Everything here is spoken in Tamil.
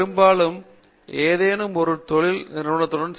பெரும்பாலும் ஏதேனும் ஒரு தொழில் நிறுவனத்துக்கு செல்கிறார்கள்